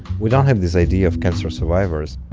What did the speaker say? we don't have this idea of cancer survivors